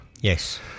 Yes